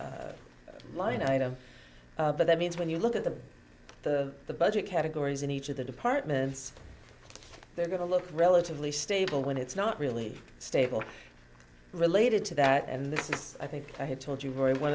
up line item but that means when you look at the the the budget categories in each of the departments they're going to look relatively stable when it's not really stable related to that and this is i think i have told you very one